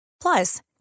Plus